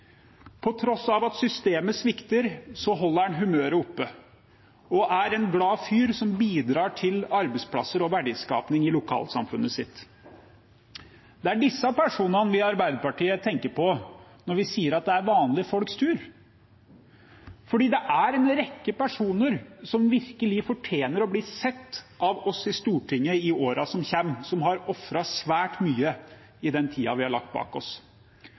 På tross av at systemet svikter, holder han humøret oppe og er en glad fyr som bidrar til arbeidsplasser og verdiskaping i lokalsamfunnet sitt. Det er disse personene vi i Arbeiderpartiet tenker på når vi sier at det er vanlige folks tur, for det er en rekke personer som virkelig fortjener å bli sett av oss i Stortinget i årene som kommer, og som har ofret svært mye i den tiden vi har lagt bak oss.